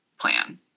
plan